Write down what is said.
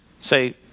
say